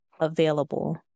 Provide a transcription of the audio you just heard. available